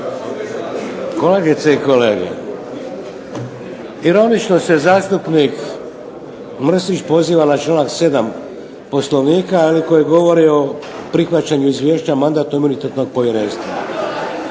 Kolegice i kolege, ironično se zastupnik Mršić poziva na članak 7. Poslovnika, koji govori o prihvaćanju izvješća Mandatno-imunitetnog povjerenstva.